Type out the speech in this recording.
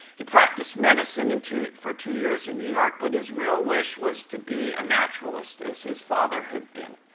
he practiced medicine and for for two years in new york. but his real wish was to be a naturalist as his father had been.